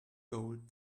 gold